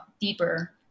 deeper